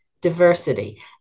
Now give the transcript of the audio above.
diversity